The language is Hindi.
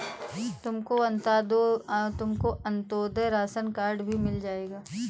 तुमको अंत्योदय राशन कार्ड भी मिल जाएगा